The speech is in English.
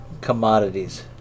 Commodities